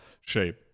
shape